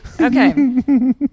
okay